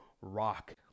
rock